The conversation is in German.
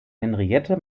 henriette